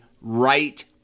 right